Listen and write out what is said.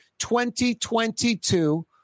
2022